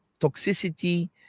toxicity